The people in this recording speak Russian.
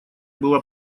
была